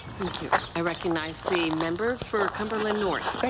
thank you. i recognize the member for cumberland north. great.